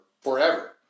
forever